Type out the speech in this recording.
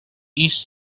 east